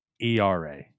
ERA